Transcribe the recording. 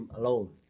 alone